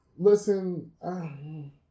listen